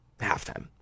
halftime